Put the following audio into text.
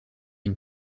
une